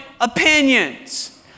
opinions